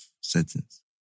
sentence